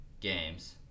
games